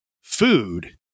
food